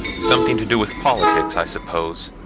something to do with politics, i suppose.